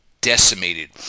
decimated